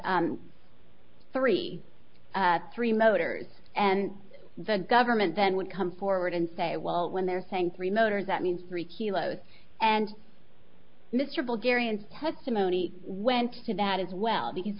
three three motors and the government then would come forward and say well when they're saying three motors that means three kilos and mr vulgarians testimony when to that as well because